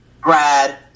grad